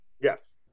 Yes